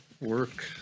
Work